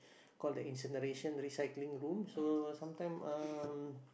call the incineration recycling room so sometime um